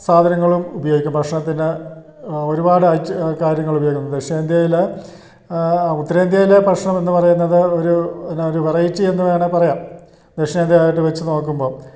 സാധനങ്ങളും ഉപയോഗിക്കും ഭക്ഷണത്തിന് ഒരുപാട് കാര്യങ്ങൾ ഉപയോഗിക്കും ദക്ഷിണേന്ത്യയിൽ ഉത്തരേന്ത്യയിൽ ഭക്ഷണമെന്നു പറയുന്നത് ഒരു പിന്നെ ഒരു വെറൈറ്റി എന്നു വേണമെങ്കിൽ പറയാം ദക്ഷിണേന്ത്യ ആയിട്ട് വെച്ചു നോക്കുമ്പം